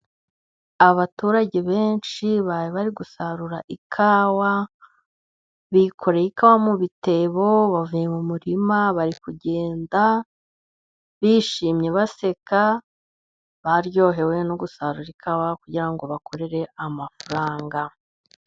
Abaturage benshi bari bari gusarura ikawa bikoreye ikawa mu bitebo bavuye mu murima, bari kugenda bishimye baseka baryohewe no gusarura ikawa kugira ngo bakorere amafaranga.